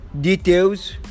Details